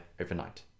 overnight